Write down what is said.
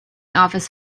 office